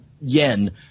yen